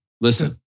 Listen